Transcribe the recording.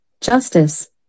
justice